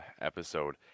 episode